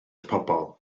pobl